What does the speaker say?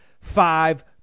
five